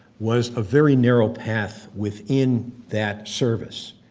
was a very narrow path within that service.